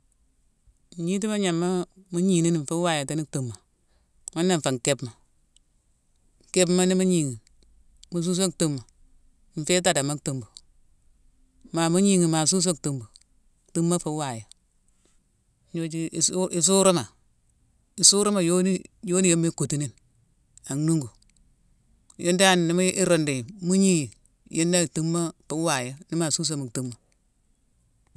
Ignitima, gnama mu gni ni fu wayatini tumma? Ghuna nfé nkipma. Kipma ni mu gni ghi, mu susa tumma, nfé thada mo tumma. Ma mu gni ghi, ma susa tumma, tumma fu wayo. Gnoju-i-isuruma, isuruma yoni, yuniyoma i kutu ni, an nungu. Yune dan ni mu-i-rundu yi, mu gni yi, yune tumma fu wayo, nima susé mu tumma.